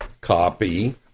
copy